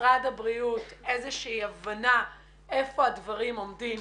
ממשרד הבריאות איזושהי הבנה היכן הדברים עומדים,